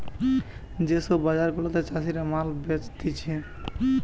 যে সব বাজার গুলাতে চাষীরা মাল বেচতিছে